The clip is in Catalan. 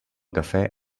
cafè